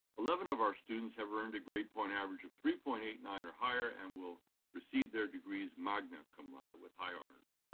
eleven of our students have earned a grade point average of three point eight nine or higher and will receive their degrees magna cum laude, with high honors.